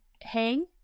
Hang